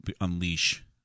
unleash